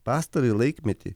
pastarąjį laikmetį